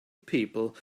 people